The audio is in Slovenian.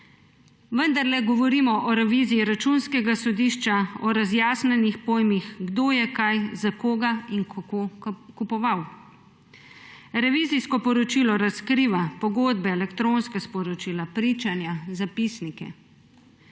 Vendarle govorimo o reviziji Računskega sodišča, o razjasnjenih pojmih, kdo je kaj za koga in kako kupoval. Revizijsko poročilo razkriva pogodbe, elektronska sporočila, pričanja, zapisnike.